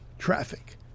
traffic